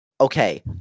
okay